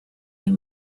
near